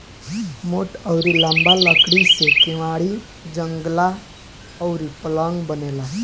मोट अउरी लंबा लकड़ी से केवाड़ी, जंगला अउरी पलंग बनेला